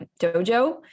dojo